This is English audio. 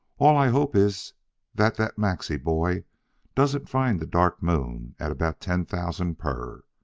all i hope is that that maxie boy doesn't find the dark moon at about ten thousand per.